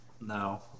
No